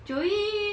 joey